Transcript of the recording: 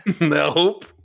Nope